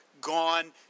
gone